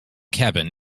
cabin